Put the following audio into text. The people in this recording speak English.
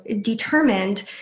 determined